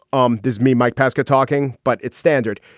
um does me, mike pesca talking. but it's standard.